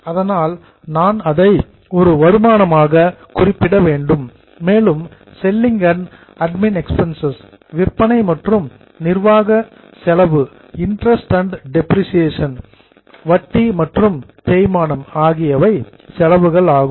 அதனால் நான் அதை ஒரு வருமானமாக குறிப்பிட வேண்டும் மேலும் செல்லிங் அண்ட் அட்மின் எக்பென்ஸ் விற்பனை மற்றும் நிர்வாக செலவு இன்ட்ரஸ்ட் அண்ட் டெப்பிரேசியேஷன் வட்டி மற்றும் தேய்மானம் ஆகியவை செலவுகள் ஆகும்